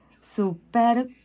Super